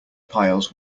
piles